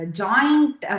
joint